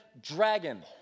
dragon